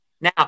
Now